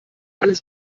alles